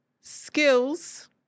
skills